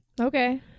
Okay